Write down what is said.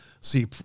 see